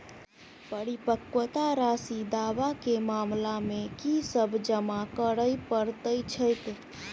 परिपक्वता राशि दावा केँ मामला मे की सब जमा करै पड़तै छैक?